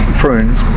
prunes